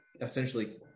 essentially